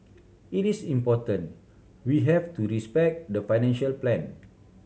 it is important we have to respect the financial plan